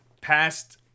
past